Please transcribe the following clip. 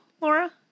Laura